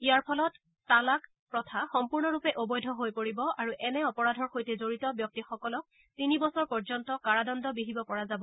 ইয়াৰ ফলত তালাক প্ৰথা সম্পূৰ্ণৰূপে অবৈধ হৈ পৰিব আৰু এনে অপৰাধৰ সৈতে জড়িত ব্যক্তিসকলক তিনি বছৰ পৰ্যন্ত কাৰাদণ্ড বিহিব পৰা যাব